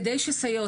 כדי שסייעות,